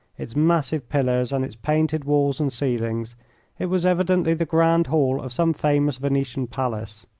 its massive pillars, and its painted walls and ceilings it was evidently the grand hall of some famous venetian palace.